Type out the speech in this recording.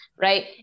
right